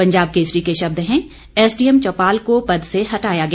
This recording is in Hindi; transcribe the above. पंजाब केसरी के शब्द हैं एसडीएम चौपाल को पद से हटाया गया